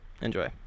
Enjoy